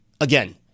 again